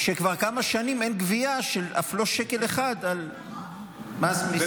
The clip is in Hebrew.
שכבר כמה שנים אין גבייה של אף לא שקל אחד של מס על סיגריות.